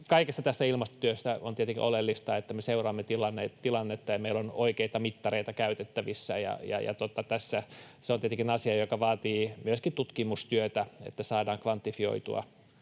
Kaikessa tässä ilmastotyössä on tietenkin oleellista, että me seuraamme tilannetta ja meillä on oikeita mittareita käytettävissä, ja se on tietenkin asia, joka vaatii myöskin tutkimustyötä, että saadaan kvantifioitua